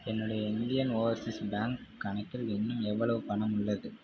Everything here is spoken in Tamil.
என்னுடைய இந்தியன் ஓவர்சீஸ் பேங்க் கணக்கில் இன்னும் எவ்வளவு பணம் உள்ளது